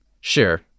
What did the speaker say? sure